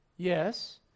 Yes